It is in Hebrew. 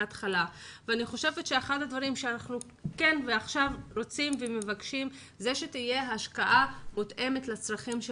כן רוצה לשמוע את התייחסות